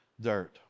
dirt